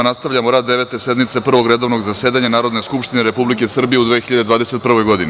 Nastavljamo rad Devete sednice Prvog redovnog zasedanja Narodne skupštine Republike Srbije u 2021. godini.